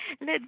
Let